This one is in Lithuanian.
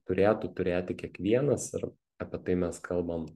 turėtų turėti kiekvienas ir apie tai mes kalbam